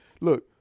Look